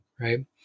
right